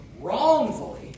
wrongfully